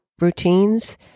routines